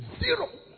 zero